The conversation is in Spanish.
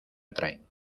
atraen